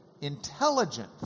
intelligent